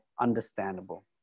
understandable